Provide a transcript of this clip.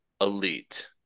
elite